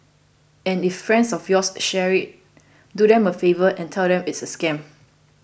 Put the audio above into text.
and if friends of yours share it do them a favour and tell them it's a scam